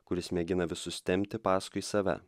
kuris mėgina visus tempti paskui save